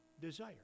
desire